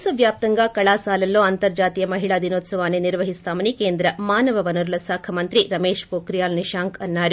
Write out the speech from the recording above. దేశ వ్యాప్తంగా కళాశాలల్లో అంతర్జాతీయ మహిళా దినోత్సవాన్ని నిర్వహిస్తామని కేంద్ర మానవనరుల శాఖ మంత్రి రమేష్ పోక్రియాల్ నిశాంక్ అన్నారు